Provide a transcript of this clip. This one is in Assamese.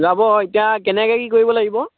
যাব এতিয়া কেনেকৈ কি কৰিব লাগিব